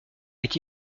est